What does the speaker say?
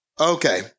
Okay